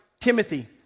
Timothy